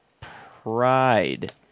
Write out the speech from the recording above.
Pride